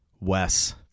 Wes